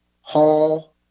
Hall